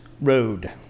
road